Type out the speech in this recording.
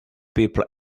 people